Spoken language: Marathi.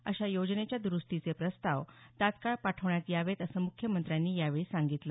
अशा योजनेच्या द्रूस्तीचे प्रस्ताव तात्काळ पाठविण्यात यावेत असं मुख्यमंत्र्यांनी यावेळी सांगितलं